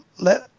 let